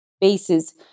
bases